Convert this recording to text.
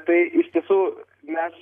tai iš tiesų mes